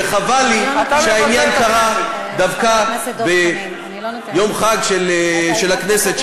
וחבל לי שהעניין קרה דווקא ביום חג של הכנסת,